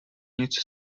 nic